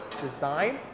design